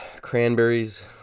cranberries